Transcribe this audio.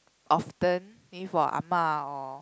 often maybe for ah ma or